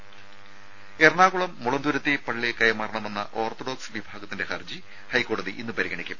രുമ എറണാകുളം മുളന്തുരുത്തി പള്ളി കൈമാറണമെന്ന ഓർത്തഡോക്സ് വിഭാഗത്തിന്റെ ഹർജി ഹൈക്കോടതി ഇന്ന് പരിഗണിക്കും